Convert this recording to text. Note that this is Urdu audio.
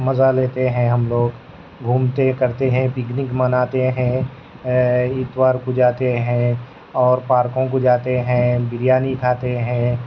مزہ لیتے ہیں ہم لوگ گھومتے کرتے ہیں پکنک مناتے ہیں اتوار کو جاتے ہیں اور پارکوں کو جاتے ہیں بریانی کھاتے ہیں